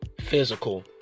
physical